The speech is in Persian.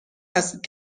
هستید